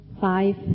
five